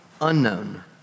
unknown